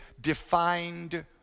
defined